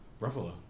Ruffalo